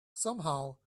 somehow